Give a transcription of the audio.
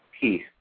peace